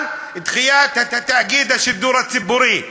על דחיית הפעלת תאגיד השידור הציבורי?